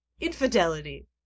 infidelity